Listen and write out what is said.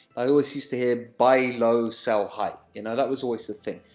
i always used to hear buy low, sell high. you know, that was always the thing.